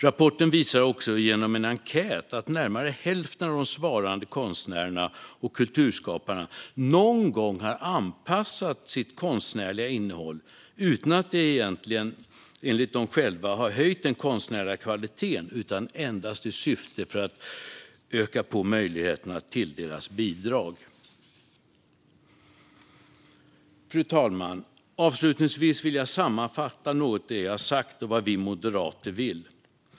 Rapporten visar också att närmare hälften av konstnärerna och kulturskaparna i en enkät svarar att de någon gång har anpassat sitt konstnärliga innehåll, utan att det egentligen, enligt dem själva, har höjt den konstnärliga kvaliteten utan endast i syfte att öka möjligheterna att tilldelas bidrag. Fru talman! Avslutningsvis vill jag sammanfatta det jag har sagt och vad vi moderater vill.